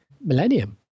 Millennium